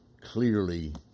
clearly